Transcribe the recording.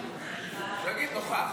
תגיד נוכח.